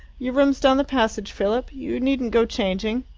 your room's down the passage, philip. you needn't go changing.